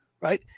Right